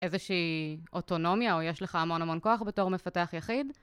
איזושהי אוטונומיה, או יש לך המון המון כוח בתור מפתח יחיד.